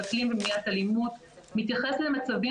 של אקלים ומניעת אלימות מתייחס למצבים